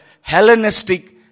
Hellenistic